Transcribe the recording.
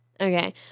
Okay